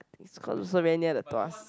is close so very near the Tuas